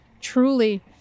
truly